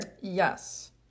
Yes